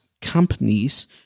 companies